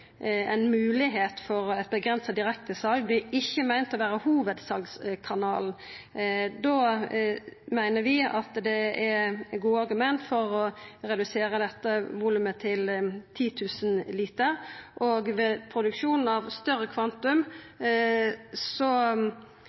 ein moglegheit for eit avgrensa direktesal, det er ikkje meint å vera hovudsalskanalen, meiner vi at det er gode argument for å redusera dette volumet til 10 000 liter. Og ved produksjon av større kvantum